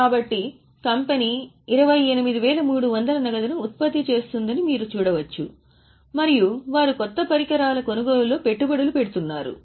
కాబట్టి కంపెనీ 28300 నగదును ఉత్పత్తి చేస్తుందని మీరు చూడవచ్చు మరియు వారు కొత్త పరికరాల కొనుగోలులో పెట్టుబడులు పెడుతున్నారు